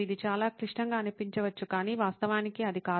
ఇది చాలా క్లిష్టంగా అనిపించవచ్చు కానీ వాస్తవానికి అది కాదు